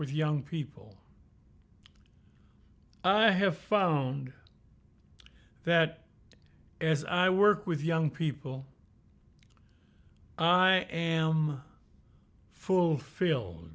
with young people i have found that as i work with young people i am fulfill